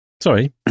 Sorry